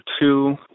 two